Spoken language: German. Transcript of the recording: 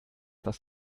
das